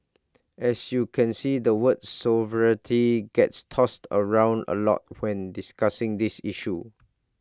as you can see the word sovereignty gets tossed around A lot when discussing this issue